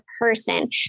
person